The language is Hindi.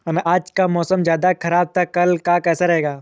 आज का मौसम ज्यादा ख़राब था कल का कैसा रहेगा?